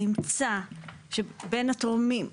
שנמצא שבין התורמים,